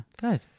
good